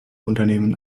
unternehmen